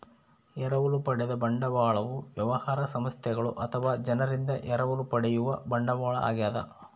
ಎರವಲು ಪಡೆದ ಬಂಡವಾಳವು ವ್ಯವಹಾರ ಸಂಸ್ಥೆಗಳು ಅಥವಾ ಜನರಿಂದ ಎರವಲು ಪಡೆಯುವ ಬಂಡವಾಳ ಆಗ್ಯದ